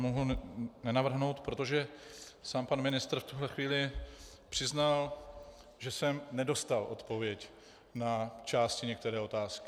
Nemohu nenavrhnout, protože sám pan ministr v tuhle chvíli přiznal, že jsem nedostal odpověď na části některé otázky.